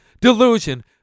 delusion